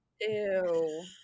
Ew